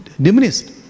diminished